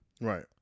Right